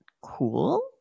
cool